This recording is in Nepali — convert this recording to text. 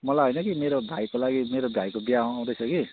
मलाई होइन कि मेरो भाइको लागि मेरो भाइको बिहा आउँदैछ कि